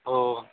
हो